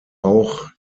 auch